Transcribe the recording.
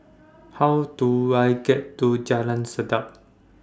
How Do I get to Jalan Sedap